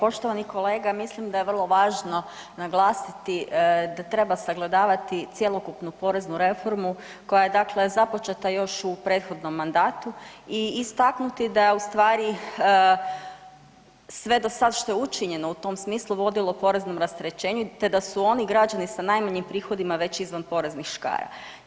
Poštovani kolega, mislim da je vrlo važno naglasiti da treba sagledavati cjelokupnu poreznu reformu koja je, dakle započeta još u prethodnom mandatu i istaknuti da je u stvari sve do sad što je učinjeno u tom smislu vodilo poreznom rasterećenju, te da su oni građani sa najmanjim prihodima već izvan poreznih škara.